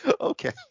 Okay